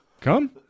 Come